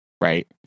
Right